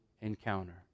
encounter